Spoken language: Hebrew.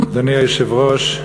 היושב-ראש,